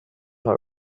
her